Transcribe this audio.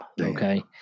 Okay